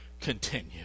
continue